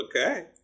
Okay